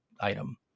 item